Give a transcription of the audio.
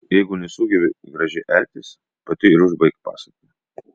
jeigu nesugebi gražiai elgtis pati ir užbaik pasaką